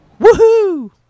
Woohoo